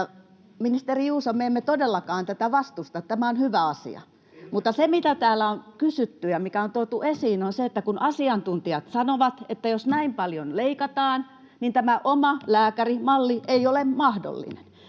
ministeri Juuso, me emme todellakaan tätä vastusta, vaan tämä on hyvä asia. [Ben Zyskowicz: Siltä kuulostaa!] Mutta se, mitä täällä on kysytty ja mikä on tuotu esiin, on se, että kun asiantuntijat sanovat, että jos näin paljon leikataan, niin tämä omalääkärimalli ei ole mahdollinen.